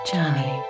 Johnny